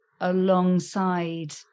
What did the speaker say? alongside